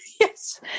Yes